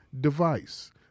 device